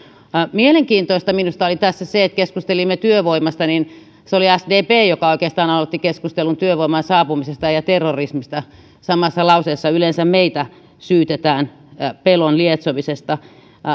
mielenkiintoista minusta oli tässä se että kun keskustelimme työvoimasta niin se oli sdp joka oikeastaan aloitti keskustelun työvoiman saapumisesta ja ja terrorismista samassa lauseessa yleensä meitä syytetään pelon lietsomisesta